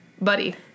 Buddy